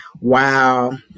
Wow